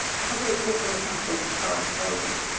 corporation social responsibility. sorry. apologies.